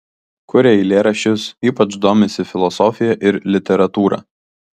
kuria eilėraščius ypač domisi filosofija ir literatūra